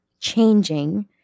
changing